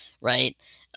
right